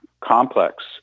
complex